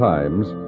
Times